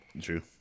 true